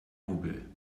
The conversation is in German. hubbel